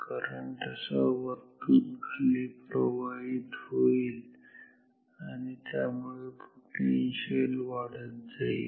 current असा वरतून खाली प्रवाहित होईल आणि त्यामुळे पोटेन्शिअल वाढत जाईल